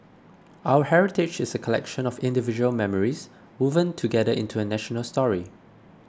our heritage is a collection of individual memories woven together into a national story